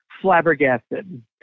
flabbergasted